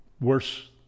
worse